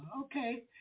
okay